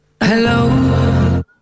Hello